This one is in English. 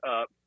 up